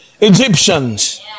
Egyptians